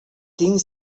tinc